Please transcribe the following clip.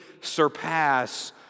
surpass